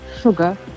sugar